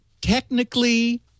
technically